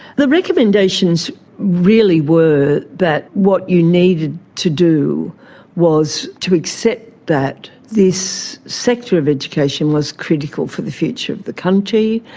the recommendations really were that what you needed to do was to accept that this sector of education was critical for the future of the country,